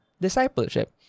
discipleship